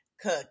cook